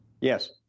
Yes